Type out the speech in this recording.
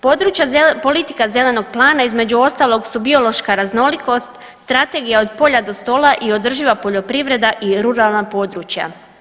Područja politika zelenog plana između ostalog su biološka raznolikost, strategija od polja do stola i održiva poljoprivreda i ruralna područja.